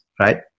right